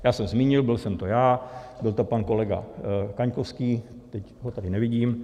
Já jsem zmínil, byl jsem to já, byl to pan kolega Kaňkovský, teď ho tady nevidím.